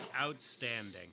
Outstanding